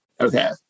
Okay